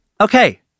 okay